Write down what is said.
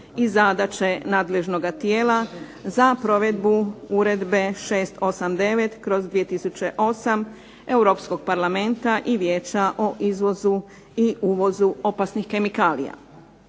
i zadaće nadležnoga tijela, za provedbu uredbe 689/2008. Europskog Parlamenta i Vijeća o izvozu i uvozu opasnih kemikalija.